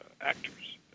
actors